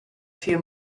few